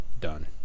done